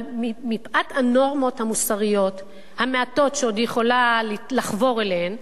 אבל מפאת הנורמות המוסריות המעטות שהיא עוד יכולה לחבור אליהן,